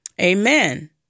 Amen